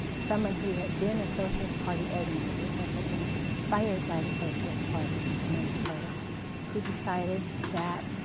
someone who had been a socialist party organizer but had been fired by the socialist party in north dakota who decided that,